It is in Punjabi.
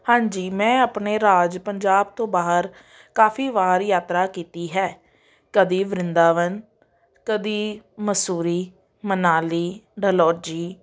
ਹਾਂਜੀ ਮੈਂ ਆਪਣੇ ਰਾਜ ਪੰਜਾਬ ਤੋਂ ਬਾਹਰ ਕਾਫ਼ੀ ਵਾਰ ਯਾਤਰਾ ਕੀਤੀ ਹੈ ਕਦੇ ਵਰਿੰਦਾਵਨ ਕਦੇ ਮਸੂਰੀ ਮਨਾਲੀ ਡਲਹੌਜੀ